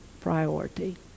priority